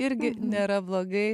irgi nėra blogai